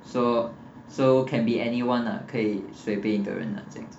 so so can be anyone lah 可以随便一个人 uh 这样子